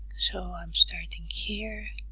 so, i'm starting here.